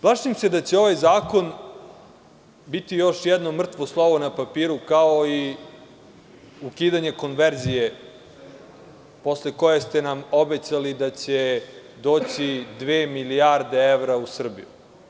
Plašim se da će ovaj zakon biti još jedno mrtvo slovo na papiru, kao i ukidanje konverzije, posle koje ste nam obećali da će doći dve milijarde evra u Srbiju.